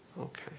Okay